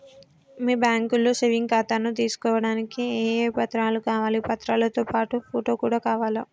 మీ బ్యాంకులో సేవింగ్ ఖాతాను తీసుకోవడానికి ఏ ఏ పత్రాలు కావాలి పత్రాలతో పాటు ఫోటో కూడా కావాలా?